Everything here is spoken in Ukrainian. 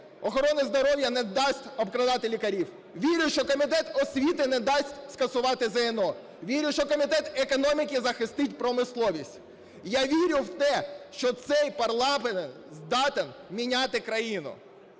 охорони здоров'я не дасть обкрадати лікарів. Вірю, що комітет освіти не дасть скасувати ЗНО. Вірю, що комітет економіки захистить промисловість. Я вірю в те, що цей парламент здатен міняти країну.